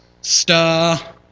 star